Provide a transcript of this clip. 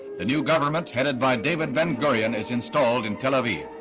the new government headed by david ben-gurion is installed in tel aviv.